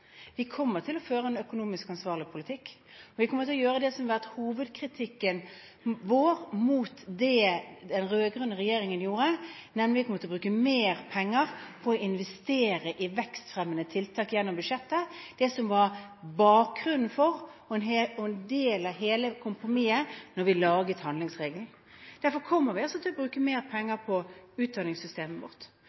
Vi kommer til å føre en ansvarlig økonomisk politikk, og vi kommer til å gjøre det som har vært hovedkritikken vår mot det den rød-grønne regjeringen gjorde, nemlig bruke mer penger på å investere i vekstfremmende tiltak gjennom budsjettet – det som var bakgrunnen for og en del av hele kompromisset da vi laget handlingsregelen. Derfor kommer vi til å bruke mer penger på utdanningssystemet vårt